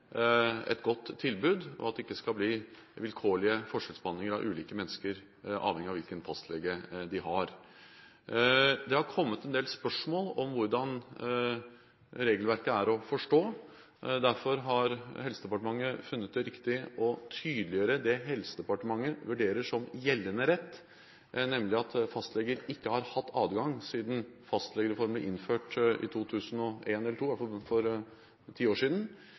et godt tilbud og at det ikke skal bli vilkårlig forskjellsbehandling av ulike mennesker avhengig av hvilken fastlege de har. Det har kommet en del spørsmål om hvordan regelverket er å forstå. Derfor har Helsedepartementet funnet det riktig å tydeliggjøre det Helsedepartementet vurderer som gjeldende rett, nemlig at fastleger ikke har hatt adgang til siden fastlegereformen ble innført i 2001, for ca. ti år siden,